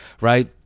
Right